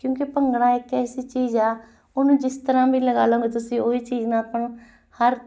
ਕਿਉਂਕਿ ਭੰਗੜਾ ਇੱਕ ਐਸੀ ਚੀਜ਼ ਆ ਉਹਨੂੰ ਜਿਸ ਤਰ੍ਹਾਂ ਵੀ ਲਗਾ ਲਵੋਂਗੇ ਤੁਸੀਂ ਉਹ ਹੀ ਚੀਜ਼ ਨਾਲ ਆਪਾਂ ਨੂੰ ਹਰ